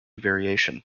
variation